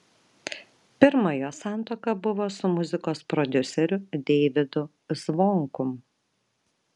pirma jos santuoka buvo su muzikos prodiuseriu deivydu zvonkum